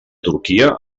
turquia